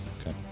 Okay